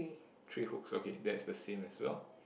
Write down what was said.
three hooks okay that's the same as well